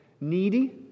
Needy